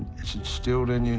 it's instilled in you,